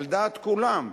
על דעת כולם,